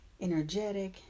energetic